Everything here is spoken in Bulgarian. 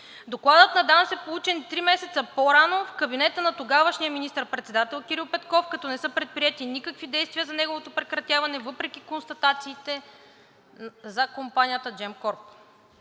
Докладът на ДАНС е получен три месеца по-рано в кабинета на тогавашния министър-председател Кирил Петков, като не са предприети никакви действия за неговото прекратяване въпреки констатациите за компанията Gemcorp.